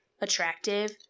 attractive